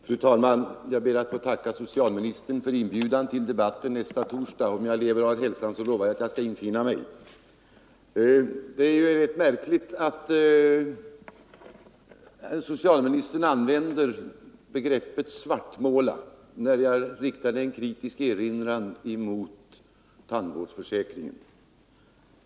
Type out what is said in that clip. Fru talman! Jag ber att få tacka socialministern för inbjudan till debatten nästa torsdag. Jag lovar att infinna mig om jag lever och har hälsan. Det är märkligt att socialministern använder ordet svartmåla när jag riktar en kritisk erinran mot tandvårdsförsäkringen.